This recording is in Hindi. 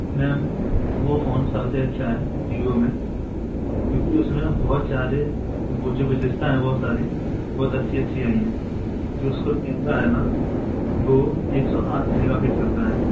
मैम वो फ़ौन सबसे अच्छा है वीवो में क्यूँकि उसमें बुहत सारे वो जो विशेषता हैं बहुत सारी बहुत अच्छी अच्छी आई हैं जो उसका कैमरा है न वो एक सौ आठ मेगा पिक्सल का है